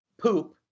poop